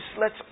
lets